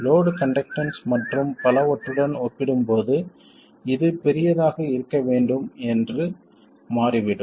load conductance மற்றும் பலவற்றுடன் ஒப்பிடும்போது இது பெரியதாக இருக்க வேண்டும் என்று மாறிவிடும்